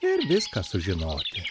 ir viską sužinoti